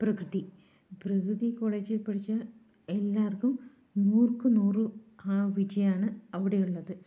പ്രകൃതി പ്രകൃതി കോളേജില് പഠിച്ച എല്ലാവർക്കും നൂർക്കുനൂറ് വിജയമാണ് അവിടെയുള്ളത് അതുകൊണ്ട്